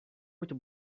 muito